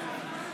להלן